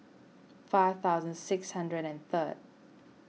five thousand six hundred and third